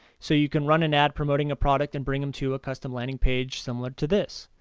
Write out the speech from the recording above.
so you can run an ad promoting a product and bring them to a custom landing page similar to this.